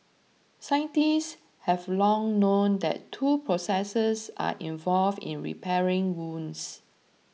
scientists have long known that two processes are involved in repairing wounds